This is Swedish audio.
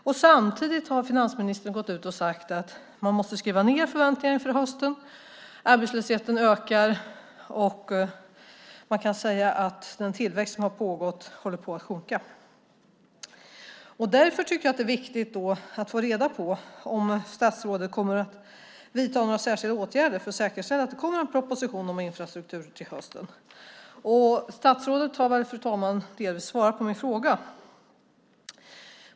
Samtidigt har finansministern gått ut och sagt att man måste skruva ned förväntningarna inför hösten. Arbetslösheten ökar, och tillväxten håller på att sjunka. Därför tycker jag att det är viktigt att få reda på om statsrådet kommer att vidta några särskilda åtgärder för att säkerställa att det kommer en proposition om infrastrukturen till hösten. Fru talman! Statsrådet har väl delvis svarat på min fråga.